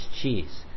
cheese